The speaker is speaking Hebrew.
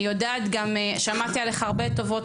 אני יודעת ושמעתי עליך הרבה טובות,